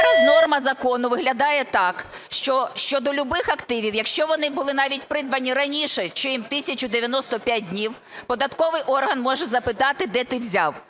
Зараз норма закону виглядає так, що щодо любих активів, якщо вони були навіть придбані раніше, ніж 1095 днів, податковий орган може запитати, де ти взяв.